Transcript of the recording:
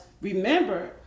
remember